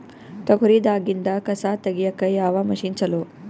ತೊಗರಿ ದಾಗಿಂದ ಕಸಾ ತಗಿಯಕ ಯಾವ ಮಷಿನ್ ಚಲೋ?